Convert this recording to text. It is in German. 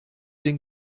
den